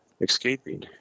escaping